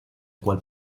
cual